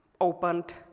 opened